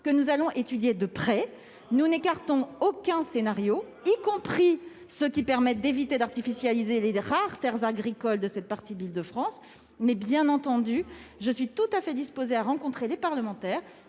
ou une commission ! Nous n'écartons aucun scénario, y compris ceux qui permettent d'éviter d'artificialiser les rares terres agricoles de cette partie de l'Île-de-France. Bien entendu, je suis tout à fait disposée à rencontrer les parlementaires,